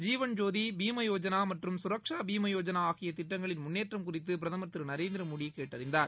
ஜீவன்ஜோதி பீமா யோஜனா மற்றும் சுரக்ஷா பீமா யோஜனா ஆகிய திட்டங்களின் முன்னேற்றம் குறித்து பிரதமர் திரு நரேந்திரமோடி கேட்டறிந்தார்